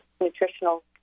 nutritional